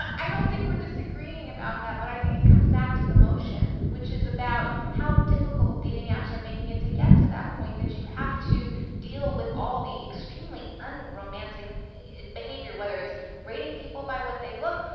i don't think we're disagreeing about that. but i think it comes back to the motion which is about how difficult dating apps are making it to get to that point, that you have to deal with all the extremely unromantic difficult behavior. whether it's rating people by what they look,